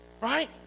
right